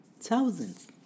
thousands